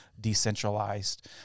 decentralized